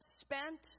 spent